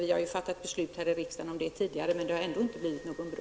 Vi har ju fattat ett beslut här i riksdagen om det tidigare, men det har ännu inte byggts någon bro.